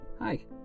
Hi